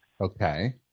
Okay